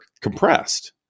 compressed